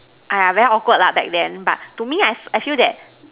!aiya! very awkward lah back then but to me I I feel that